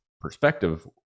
perspective